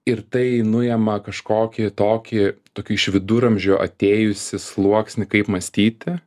ir tai nujama kažkokį tokį tokių iš viduramžių atėjusį sluoksnį kaip mąstyti